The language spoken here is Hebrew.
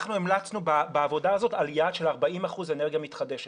אנחנו המלצנו בעבודה הזאת על יעד של 40 אחוזים אנרגיה מתחדשת.